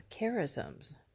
charisms